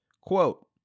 quote